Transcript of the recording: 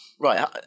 Right